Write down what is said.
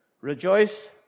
Rejoice